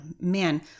man